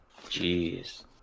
Jeez